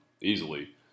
easily